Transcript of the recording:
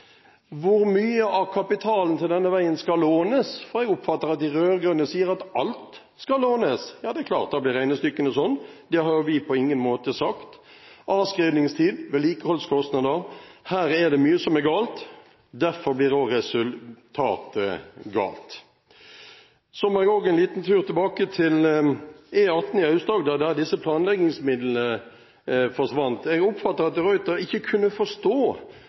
Hvor mye av kapitalen til denne veien skal lånes? Jeg oppfatter at de rød-grønne sier at alt skal lånes. Ja, da er det klart at regnestykkene blir sånn. Det har vi på ingen måte sagt – avskrivningstid, vedlikeholdskostnader – her er det mye som er galt. Derfor blir også resultatet galt. Så må jeg også en liten tur tilbake til E18 i Aust-Agder, der disse planleggingsmidlene forsvant. Jeg oppfattet at representanten de Ruiter ikke kunne forstå